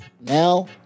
Now